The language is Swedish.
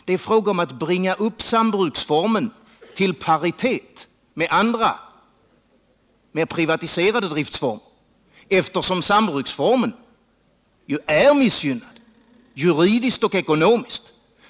Det är fråga om att bringa upp sambruksformen till paritet med andra, mer privatiserade driftformer, eftersom sambruksformen ju är missgynnad, juridiskt och ekonomiskt.